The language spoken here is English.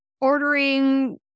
ordering